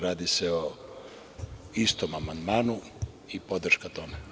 Radi se o istom amandmanu i podrška tome.